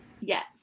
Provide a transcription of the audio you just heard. Yes